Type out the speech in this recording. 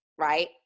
right